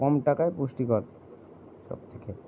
কম টাকায় পুষ্টিকর সবথেকে